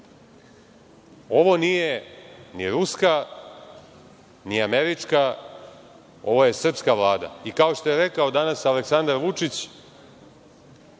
Ovo nije ni ruska, ni američka, ovo je srpska Vlada. Kao što je rekao danas Aleksandar Vučić